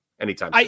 Anytime